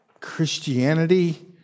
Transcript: Christianity